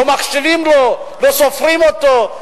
לא מחשיבים אותו, לא סופרים אותו.